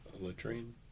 latrine